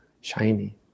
shiny